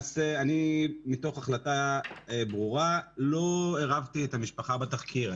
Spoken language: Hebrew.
מתוך החלטה ברורה אני לא עירבתי את המשפחה בתחקיר.